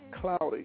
cloudy